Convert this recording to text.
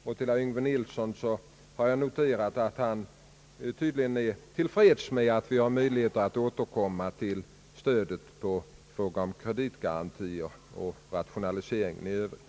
Jag har noterat att herr Yngve Nilsson tydligen inte är till freds med att vi har möjligheter att återkomma till stödet i fråga om kreditgarantier och rationaliseringar i övrigt.